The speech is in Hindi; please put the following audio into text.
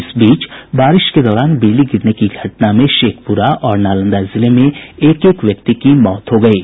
इस बीच बारिश के दौरान बिजली गिरने की घटना में शेखपुरा और नालंदा जिले में एक एक व्यक्ति की मौत हुई है